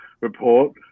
report